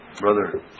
Brother